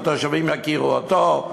התושבים יכירו אותו,